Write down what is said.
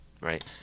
right